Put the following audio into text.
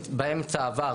באמצע עבר